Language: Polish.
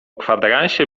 kwadransie